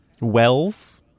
Wells